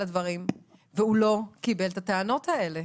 והוא לא קיבל את הטענות האלה.